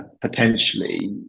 potentially